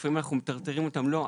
שלפעמים אנחנו מטרטרים אותם: לא,